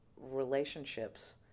relationships